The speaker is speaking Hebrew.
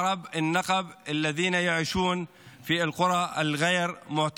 (אומר בערבית: ערביי הנגב שגרים בכפרים הלא-מוכרים.)